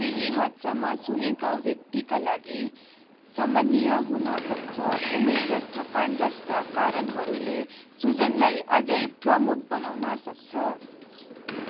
केही हदसम्म सुन्निएका व्यक्तिका लागि सामान्य हुन सक्छ उमेर र थकान जस्ता कारणहरूले सुजनलाई अझ प्रमुख बनाउन सक्छ